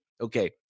okay